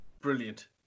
Brilliant